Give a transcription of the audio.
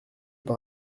fait